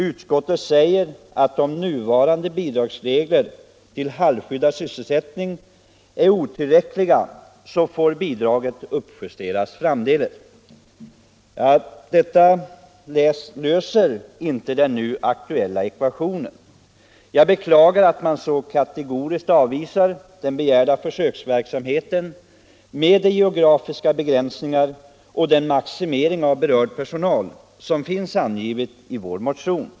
Utskottet säger att om nuvarande bidragsregler för halvskyddad sysselsättning är otillräckliga får bidraget uppjusteras framdeles. Detta löser inte den aktuella ekvationen. Jag beklagar att man så kategoriskt avvisar den begärda försöksverksamheten, med de geografiska begränsningar och den maximering av berörd personal som finns angivna i motionen.